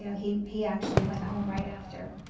you know he he actually went home right after.